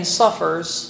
suffers